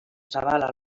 zabala